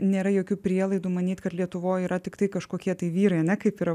nėra jokių prielaidų manyt kad lietuvoj yra tiktai kažkokie tai vyrai ane kaip yra